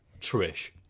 Trish